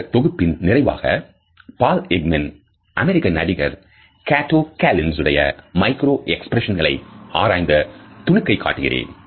இந்த தொகுப்பின் நிறைவாக Paul Ekman அமெரிக்க நடிகர் Kato Kaelins உடைய மைக்ரோ எக்ஸ்பிரஷன்களை ஆராய்ந்த துணுக்கை காட்டுகிறேன்